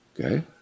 Okay